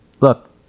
look